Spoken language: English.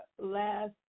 last